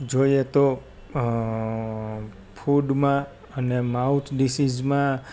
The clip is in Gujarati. જોઈયે તો ફૂડમાં અને માઉથ ડિસિસમાં